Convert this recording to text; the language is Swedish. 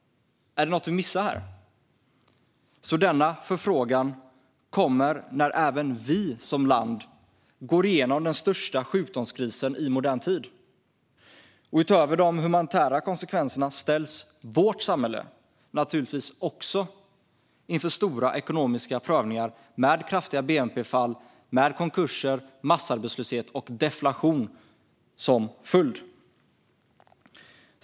Är det något vi missar här? Denna förfrågan kommer när även vårt land går igenom den största sjukdomskrisen i modern tid. Utöver de humanitära konsekvenserna ställs naturligtvis också vårt samhälle inför stora ekonomiska prövningar med kraftiga bnp-fall, konkurser, massarbetslöshet och deflation som följd.